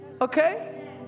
okay